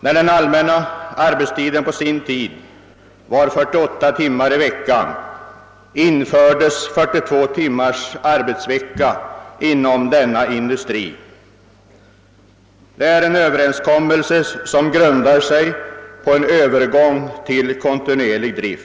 När den allmänna arbets tiden på sin tid var 48 timmar i veckan infördes 42 timmars arbetsvecka inom denna industri i samband med överenskommelse om övergång till kontinuerlig drift.